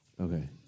Okay